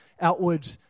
outward